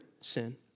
sin